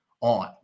on